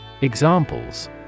Examples